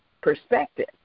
perspective